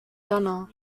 gunner